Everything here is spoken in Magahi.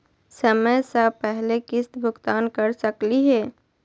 समय स पहले किस्त भुगतान कर सकली हे?